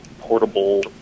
portable